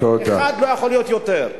אחד לא יכול להיות יותר.